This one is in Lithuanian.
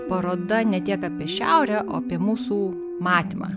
paroda ne tiek apie šiaurę o apie mūsų matymą